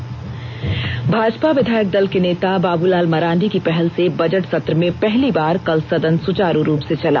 विधानसभा भाजपा विधायक दल के नेता बाबूलाल मरांडी की पहल से बजट सत्र में पहली बार कल सदन सुचारू रूप से चला